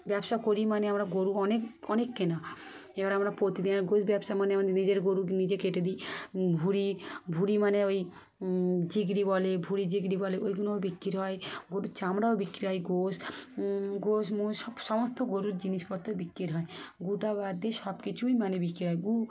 ব্যবসা করি মানে আমরা গরু অনেক অনেক কেনা এবার আমরা প্রতিদিনের গোশ ব্যবসা মানে আমাদের নিজের গরু নিজে কেটে দিই ভুঁড়ি ভুঁড়ি মানে ওই জিগড়ি বলে ভুঁড়ি জিগড়ি বলে ওইগুলোও বিক্রি হয় গরুর চামড়াও বিক্রি হয় গোশ গোশ মোশ সব সমস্ত গরুর জিনিসপত্র বিক্রি হয় গুটা বাদ দিয়ে সব কিছুই মানে বিক্রি হয় গু